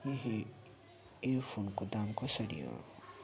ए हे इयरफोनको दाम कसरी हो